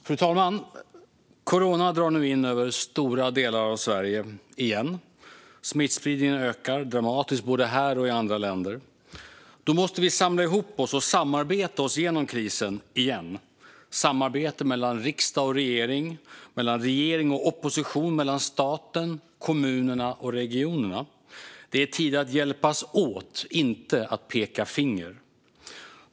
Fru talman! Corona drar nu in över stora delar av Sverige igen. Smittspridningen ökar dramatiskt både här och i andra länder. Då måste vi samla ihop oss och samarbeta oss igenom krisen igen, samarbeta mellan riksdag och regering, mellan regering och opposition, mellan staten, kommunerna och regionerna. Det är tid att hjälpas åt, inte att peka finger.